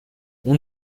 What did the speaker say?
اون